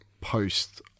post